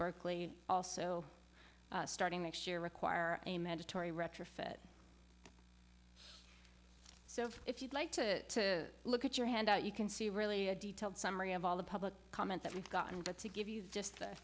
berkeley also starting next year require a mandatory retrofit so if you'd like to look at your handout you can see really a detailed summary of all the public comment that we've gotten but to give you just